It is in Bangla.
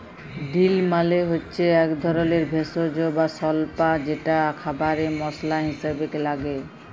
ডিল মালে হচ্যে এক ধরলের ভেষজ বা স্বল্পা যেটা খাবারে মসলা হিসেবে লাগে